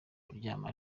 kuryama